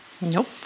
Nope